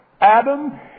Adam